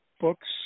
books